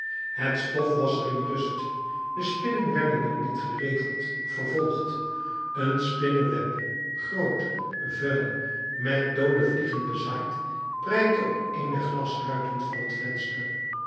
het stof was er in rust de spinnen werden er niet geregeld vervolgd een spinneweb groot vuil met doode vliegen bezaaid prijkte op een der glasruiten van het venster